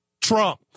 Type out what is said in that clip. Trump